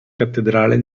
cattedrale